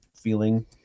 feeling